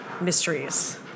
mysteries